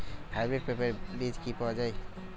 Hybrid পেঁপের বীজ কি পাওয়া যায়?